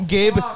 Gabe